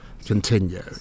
continue